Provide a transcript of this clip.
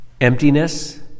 emptiness